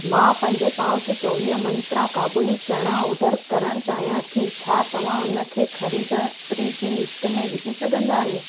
मां पंज पाउंच चोवीह मंत्रा काबुली चणा ऑडर करण चाहियां थी छा तव्हां उन खे ख़रीदारी जी लिस्ट में विझी सघंदा आहियो